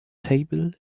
table